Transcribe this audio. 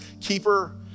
keeper